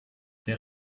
der